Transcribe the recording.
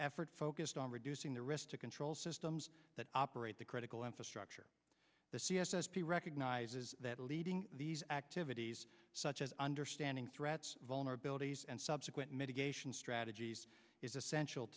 effort focused on reducing the risk to control systems that operate the critical infrastructure the c s s p recognizes that leading these activities such as understanding threats vulnerabilities and subsequent mitigation strategies is essential